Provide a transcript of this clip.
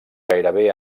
gairebé